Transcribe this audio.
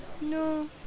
No